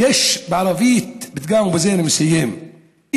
יש בערבית פתגם, ובזה אני מסיים: